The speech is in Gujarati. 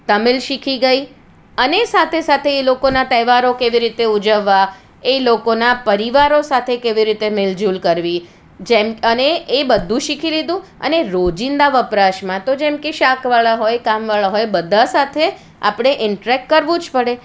તમિલ શીખી ગઈ અને સાથે સાથે એ લોકોના તહેવારો કેવી રીતે ઉજવવા એ લોકોના પરિવારો સાથે કેવી રીતે મિલઝૂલ કરવી જેમ અને એ બધું શીખી લીધું અને રોજિંદા વપરાશમાં તો જેમ કે શાકવાળા હોય કામવાળા હોય બધા સાથે આપણે ઇંટ્રેક કરવું જ પડે